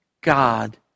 God